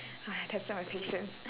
ah it tested on my patience